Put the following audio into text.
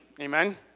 amen